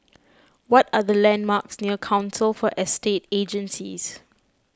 what are the landmarks near Council for Estate Agencies